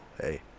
Hey